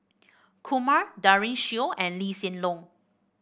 Kumar Daren Shiau and Lee Hsien Loong